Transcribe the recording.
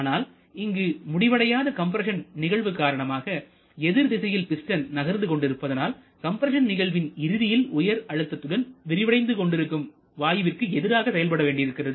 ஆனால் இங்கு முடிவடையாத கம்ப்ரஸன் நிகழ்வு காரணமாக எதிர் திசையில் பிஸ்டன் நகர்ந்து கொண்டிருப்பதனால்கம்ப்ரஸன் நிகழ்வின் இறுதியில் உயர் அழுத்தத்துடன் விரிவடைந்து கொண்டிருக்கும் இருக்கும் வாயுவிற்கு எதிராக செயல்பட வேண்டியிருக்கிறது